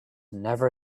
never